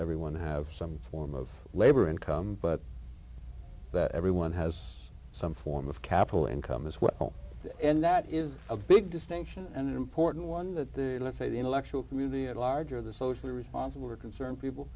everyone have some form of labor income but that everyone has some form of capital income as well and that is a big distinction and an important one that the let's say the intellectual community at large or the socially responsible or concerned people